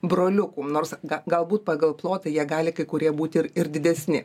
broliukų nors ga galbūt pagal plotą jie gali kai kurie būti ir ir didesni